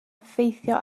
effeithio